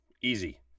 easy